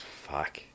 fuck